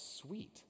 sweet